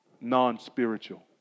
non-spiritual